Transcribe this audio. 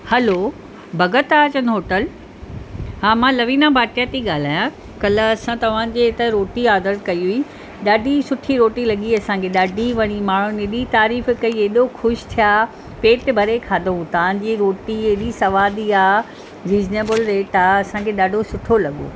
hello Bhagat Taj hotel हा मां लवीना भाटिया थी ॻाल्हायां कल्ह असां तव्हांजे हितां रोटी ऑडर कई हुई ॾाढी सुठी रोटी लॻी असांखे ॾाढी वणी माण्हुनि खे ऐॾी तारीफ़ कई ऐॾो ख़ुशि थियां पेटु भरे खाधाऊं तव्हांजी रोटी ऐॾी सवादी आहे रीज़नेबल रेट आहे असांखे ॾाढो सुठो लॻो